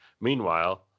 Meanwhile